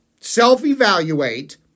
self-evaluate